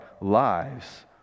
lives